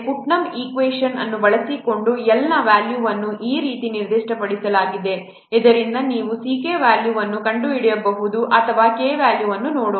Putnam equation ಅನ್ನು ಬಳಸಿಕೊಂಡು L ನ ವ್ಯಾಲ್ಯೂವನ್ನು ಈ ರೀತಿ ನಿರ್ದಿಷ್ಟಪಡಿಸಲಾಗಿದೆ ಇದರಿಂದ ನೀವು C k ವ್ಯಾಲ್ಯೂವನ್ನು ಕಂಡುಹಿಡಿಯಬಹುದು ಅಥವಾ K ವ್ಯಾಲ್ಯೂವನ್ನು ನೋಡೋಣ